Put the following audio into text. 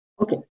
Okay